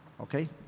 okay